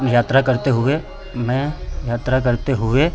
यात्रा करते हुए मैं यात्रा करते हुए